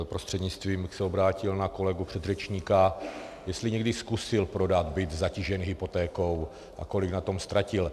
Vaším prostřednictvím bych se obrátil na kolegu předřečníka, jestli někdy zkusil prodat byt zatížený hypotékou a kolik na tom ztratil.